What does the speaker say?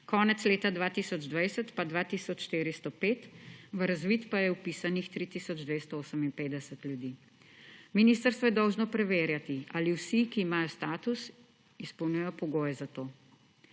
konec leta 2020 pa 2 tisoč 405, v razvid pa je vpisanih 3 tisoč 258 ljudi. Ministrstvo je dolžno preverjati, ali vsi, ki imajo status, izpolnjujejo pogoje za to.